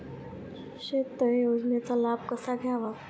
शेततळे योजनेचा लाभ कसा घ्यावा?